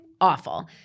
awful